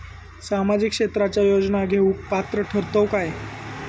सामाजिक क्षेत्राच्या योजना घेवुक पात्र ठरतव काय?